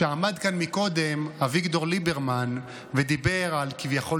עמד כאן קודם אביגדור ליברמן ודיבר כביכול